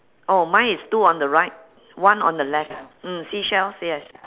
oh mine is two on the right one on the left mm seashells yes